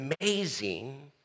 amazing